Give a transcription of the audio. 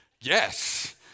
yes